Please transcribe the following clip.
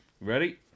Ready